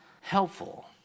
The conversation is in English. helpful